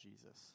Jesus